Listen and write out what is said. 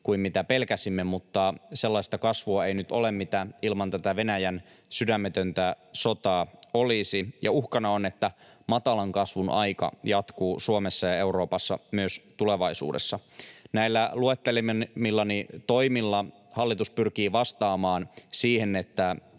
kuin mitä pelkäsimme, mutta sellaista kasvua ei nyt ole, mitä ilman tätä Venäjän sydämetöntä sotaa olisi. Ja uhkana on, että matalan kasvun aika jatkuu Suomessa ja Euroopassa myös tulevaisuudessa. Näillä luettelemillani toimilla hallitus pyrkii vastaamaan siihen, että